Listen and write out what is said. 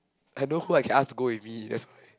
I know who I can ask to go with me that's right